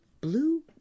blue